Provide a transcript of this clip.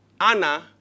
Anna